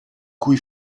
cui